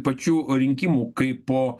pačių rinkimų kaipo